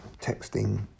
texting